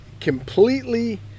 completely